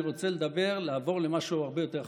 אני רוצה לעבור למשהו הרבה יותר חגיגי.